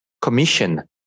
commission